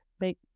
make